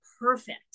perfect